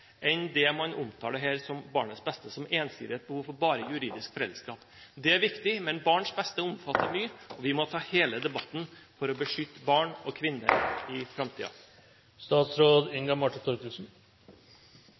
enn det man omtaler her som barnets beste, som ensidig et behov for juridisk foreldreskap. Det er viktig, men barnets beste omfatter mye, og vi må ta hele debatten for å beskytte barn og kvinner i